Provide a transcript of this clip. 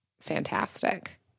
fantastic